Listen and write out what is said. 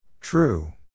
True